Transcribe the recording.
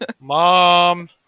Mom